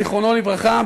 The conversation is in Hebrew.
זיכרונו לברכה,